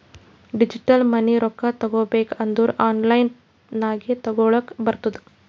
digital money ರೊಕ್ಕಾ ತಗೋಬೇಕ್ ಅಂದುರ್ ಆನ್ಲೈನ್ ನಾಗೆ ತಗೋಲಕ್ ಬರ್ತುದ್